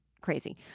crazy